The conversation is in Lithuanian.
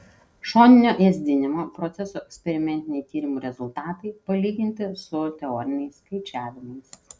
šoninio ėsdinimo procesų eksperimentiniai tyrimų rezultatai palyginti su teoriniais skaičiavimais